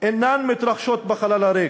אינן מתרחשות בחלל הריק,